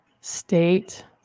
state